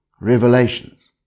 revelations